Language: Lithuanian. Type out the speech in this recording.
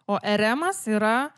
o eremas yra